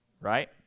right